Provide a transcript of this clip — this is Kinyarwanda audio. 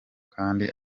kandi